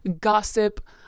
gossip